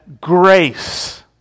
grace